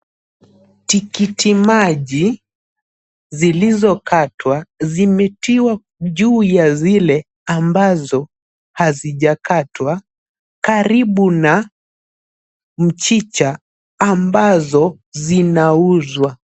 Tikiti maji zilizokatwa zimetiwa juu ya zile ambazo hazijakatwa karibu na mchicha ambazo zinauzwa.